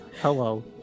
Hello